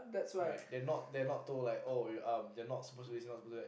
right they are not they are not to like oh you are um you are not supposed to be this kind of person right